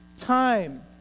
time